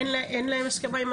אין להם הסכמה.